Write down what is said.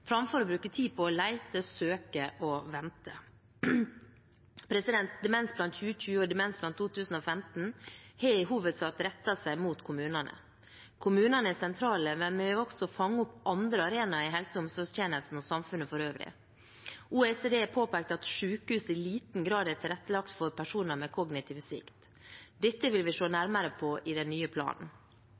framfor å bruke tid på å lete, søke og vente. Demensplan 2020 og Demensplan 2015 har i hovedsak rettet seg mot kommunene. Kommunene er sentrale, men vi vil også fange opp andre arenaer i helse- og omsorgstjenesten og samfunnet for øvrig. OECD har påpekt at sykehus i liten grad er tilrettelagt for personer med kognitiv svikt. Dette vil vi se nærmere på i den nye planen.